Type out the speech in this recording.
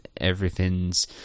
everything's